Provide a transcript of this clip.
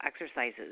exercises